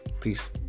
Peace